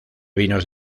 vinos